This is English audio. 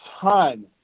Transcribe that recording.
ton